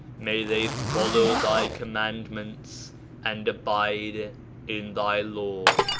may they follow thy commandments and abide in thy law.